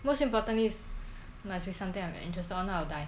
most importantly this must be something I'm interested or not I will die